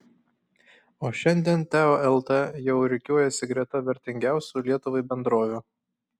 o šiandien teo lt jau rikiuojasi greta vertingiausių lietuvai bendrovių